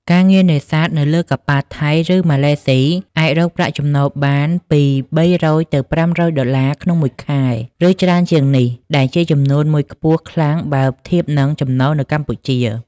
ការងារនេសាទនៅលើកប៉ាល់ថៃ ឬម៉ាឡេស៊ីអាចរកប្រាក់ចំណូលបានពី ៣០០ ទៅ ៥០០ ដុល្លារក្នុងមួយខែ ឬច្រើនជាងនេះ ដែលជាចំនួនមួយខ្ពស់ខ្លាំងបើធៀបនឹងចំណូលនៅកម្ពុជា។